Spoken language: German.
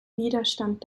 widerstand